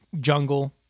Jungle